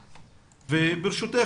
וברשותך,